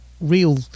real